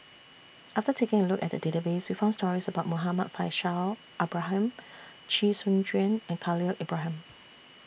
after taking A Look At The Database We found stories about Muhammad Faishal Ibrahim Chee Soon Juan and Khalil Ibrahim